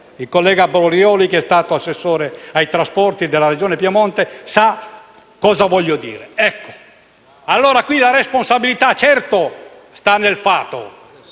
Il collega Borioli, che è stato assessore ai trasporti della Regione Piemonte, sa cosa voglio dire. Dunque, la responsabilità è certamente nel fato